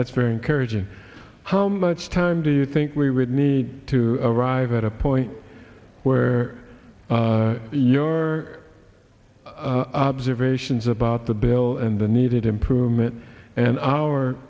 that's very encouraging how much time do you think we would need to arrive at a point where your observations about the bill and the needed improvement and our